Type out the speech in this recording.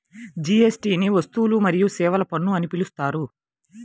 జీఎస్టీని వస్తువులు మరియు సేవల పన్ను అని పిలుస్తారు